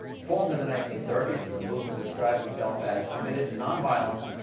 formed in the nineteen thirty s, the movement describes itself as committed to nonviolence,